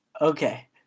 Okay